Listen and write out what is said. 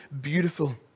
beautiful